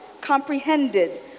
comprehended